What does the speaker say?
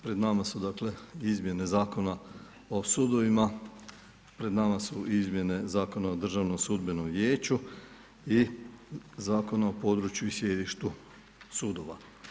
Pred nama su dakle izmjene Zakona o sudovima, pred nama su izmjene Zakona o Državnom sudbenom vijeću i Zakona o području i sjedištu sudova.